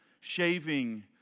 shaving